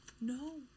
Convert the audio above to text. No